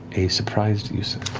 a surprised yussa.